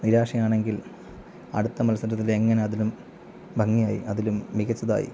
നിരാശയാണെങ്കിൽ അടുത്ത മത്സരത്തിൽ എങ്ങനെ അതിലും ഭംഗിയായി അതിലും മികച്ചതായി